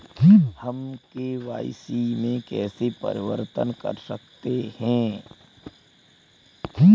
हम के.वाई.सी में कैसे परिवर्तन कर सकते हैं?